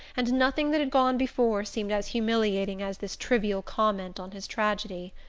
and nothing that had gone before seemed as humiliating as this trivial comment on his tragedy.